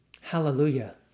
Hallelujah